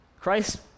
Christ